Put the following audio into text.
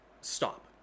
stop